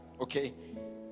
Okay